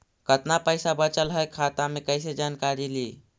कतना पैसा बचल है खाता मे कैसे जानकारी ली?